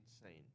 insane